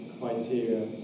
criteria